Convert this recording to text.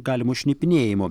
galimu šnipinėjimu